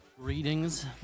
Greetings